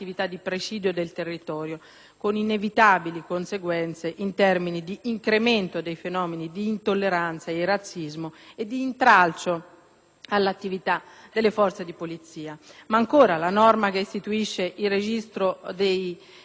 con inevitabili conseguenze in termini di incremento dei fenomeni di intolleranza e razzismo e di intralcio all'attività delle forze di polizia. Ancora, vi è la norma che istituisce il registro dei senza fissa dimora.